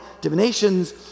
divinations